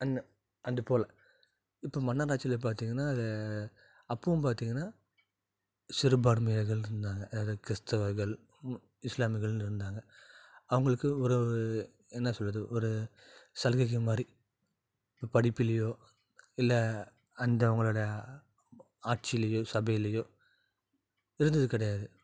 அத அது போல் இப்போ மன்னர் ஆட்சியில் பார்த்திங்கன்னா அது அப்பயும் பார்த்திங்கன்னா சிறும்பான்மையர்கள் இருந்தாங்க அதாவது கிறிஸ்தவர்கள் இஸ்லாமியர்கள்னு இருந்தாங்க அவங்களுக்கு ஒரு என்ன சொல்கிறது ஒரு சலுகைகள் மாதிரி இப்போ படிப்பிலேயோ இல்லை அந்த அவங்களோட ஆட்சிலேயோ சபையிலேயோ இருந்தது கிடையாது